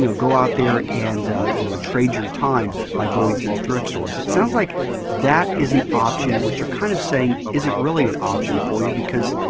you know go out there and you know trade your time by going through thrift stores. it sounds like that is an option which you're kind of saying isn't really an option for you because,